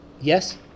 Yes